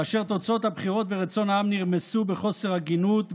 כאשר תוצאות הבחירות ורצון העם נרמסו בחוסר הגינות,